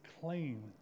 claim